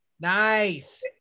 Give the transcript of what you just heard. Nice